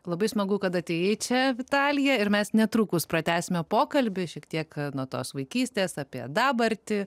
labai smagu kad atėjai čia vitalija ir mes netrukus pratęsime pokalbį šiek tiek na tos vaikystės apie dabartį